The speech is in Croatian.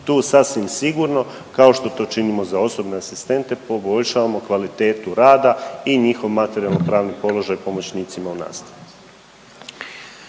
Tu sasvim sigurno kao što to činimo za osobne asistente poboljšavamo kvalitetu rada i njihov materijalno-pravni položaj pomoćnicima u nastavi.